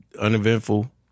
Uneventful